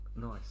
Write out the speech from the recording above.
Nice